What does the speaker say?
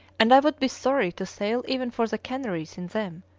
and i would be sorry to sail even for the canaries in them,